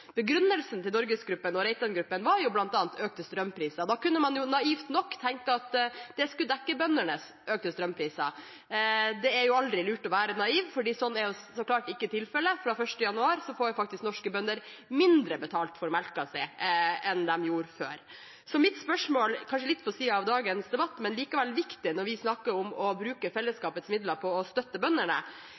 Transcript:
Begrunnelsen til NorgesGruppen og Reitangruppen var bl.a. økte strømpriser. Da kunne man naivt nok tenke at det skulle dekke bøndenes økte strømpriser. Det er aldri lurt å være naiv, for det er så klart ikke tilfellet. Fra 1. januar får faktisk norske bønder mindre betalt for melken enn de gjorde før. Så mitt spørsmål – kanskje litt på siden av dagens debatt, men likevel viktige når vi snakker om å bruke fellesskapets midler til å støtte bøndene